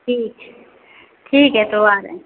ठीक है ठीक है तो आ जायेगे